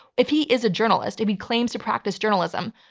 if he is a journalist, if he claims to practice journalism,